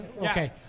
Okay